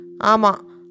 Ama